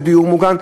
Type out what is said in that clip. לדיור מוגן?